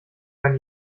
kann